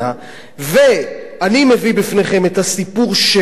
ואני מביא בפניכם את הסיפור שהיה,